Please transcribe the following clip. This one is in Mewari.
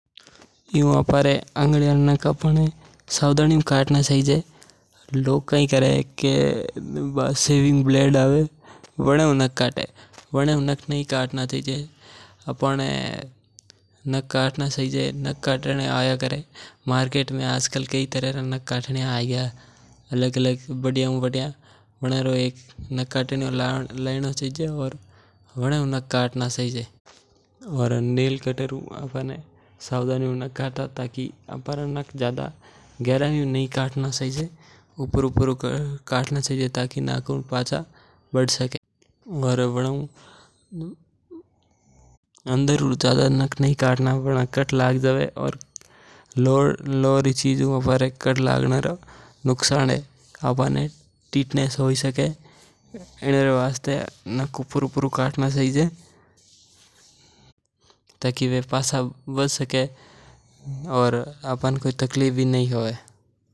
एयू तो आंगळिया रा नक होवल कटना चाहीजे लोग कई करे कि जिकी सेविंग ब्लेड हु नक काटे जिके हु आंगळिया भी कट सके। इन वास्ते आजकल मार्केट में अलग अलग नेल कटर आइरा आपणा वणा हु नक कटना चाहीजे। और नक ज्यादा गहराई हु नी कटना चाहीजे ताकि नक पचा वद सकै नक गहराई हु कटने पर कट लग सकै इनरे वास्ते ध्यान हु कटना चाहीजे।